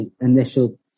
initial